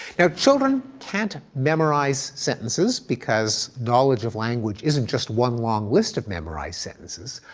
now, children can't memorize sentences because knowledge of language isn't just one long list of memorized sentences,